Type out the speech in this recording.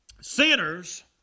Sinners